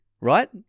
right